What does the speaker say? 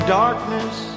darkness